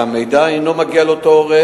שהמידע אינו מגיע לידי אותו הורה.